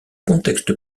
contexte